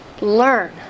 learn